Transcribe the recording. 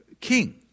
king